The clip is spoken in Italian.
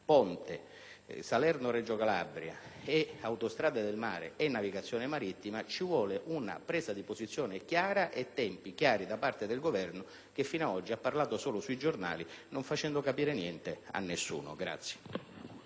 Stretto, Salerno-Reggio Calabria, autostrade del mare e navigazione marittima), ci vuole una presa di posizione chiara e l'indicazione di tempi certi da parte del Governo, che fino ad oggi ha parlato solo sui giornali, non facendo capire nulla a nessuno.